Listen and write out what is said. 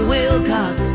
Wilcox